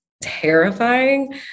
terrifying